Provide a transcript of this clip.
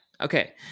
Okay